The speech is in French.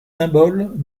symboles